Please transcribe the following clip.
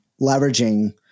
leveraging